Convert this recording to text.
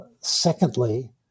secondly